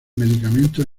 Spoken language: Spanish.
medicamentos